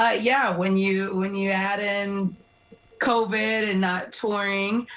ah yeah, when you and you add in covid and not touring,